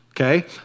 okay